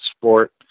sport